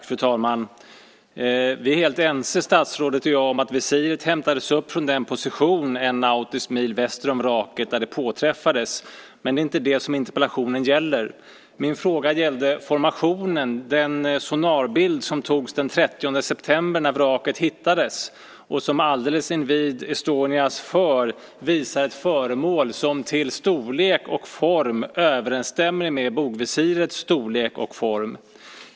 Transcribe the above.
Fru talman! Statsrådet och jag är helt ense om att visiret hämtades upp från den position en nautisk mil väster om vraket där det påträffades. Det är dock inte det som interpellationen gäller. Min fråga gällde den sonarbild som togs den 30 september när vraket hittades och som alldeles invid Estonias för visar ett föremål som till storlek och form överensstämmer med bogvisirets storlek och form.